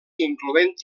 incloent